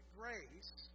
grace